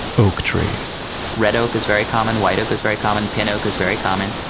oak trees red oak is very common. white oak is very common. pin oak is very common.